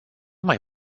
mai